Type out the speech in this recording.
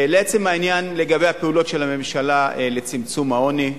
לעצם העניין: לגבי פעולות הממשלה לצמצום העוני,